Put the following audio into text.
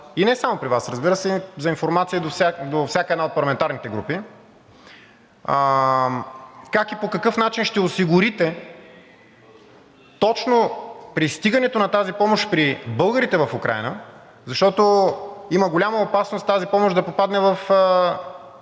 и не само при Вас, разбира се, за информация и до всяка една от парламентарните групи. Как и по какъв начин ще осигурите точно пристигането на тази помощ при българите в Украйна, защото има голяма опасност тази помощ да попадне в